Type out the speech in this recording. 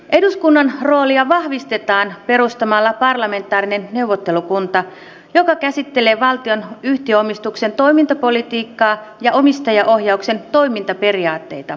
eduskunnan roolia vahvistetaan perustamalla parlamentaarinen neuvottelukunta joka käsittelee valtion yhtiöomistuksen toimintapolitiikkaa ja omistajaohjauksen toimintaperiaatteita